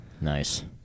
Nice